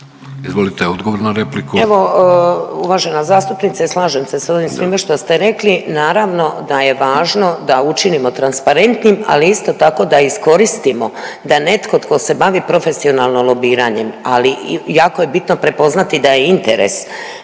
Izvolite odgovor na repliku.